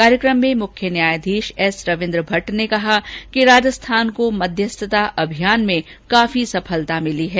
कार्यक्रम में मुख्य न्यायाधीश एसरविन्द्र भट्ट ने कहा कि राजस्थान को मध्यस्थता अभियान में काफी सफलता मिली है